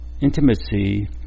intimacy